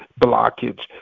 blockage